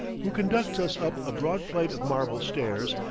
who conducts us up a broad flight of marble stairs,